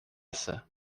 essa